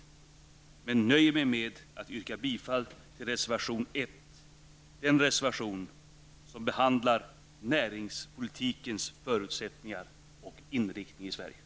Men jag nöjer mig med att yrka bifall till reservation 1, den reservation som handlar om näringspolitikens förutsättningar och inriktning i Sverige.